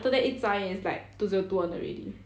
after that 一眨眼 is like two zero two one already